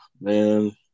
Man